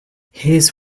his